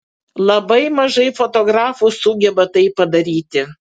labai mažai fotografų sugeba tai padaryti